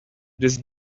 this